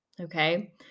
okay